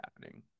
happening